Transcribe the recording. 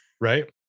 Right